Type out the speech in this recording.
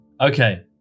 Okay